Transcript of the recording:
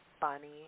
funny